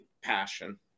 passion